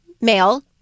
male